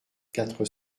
quatre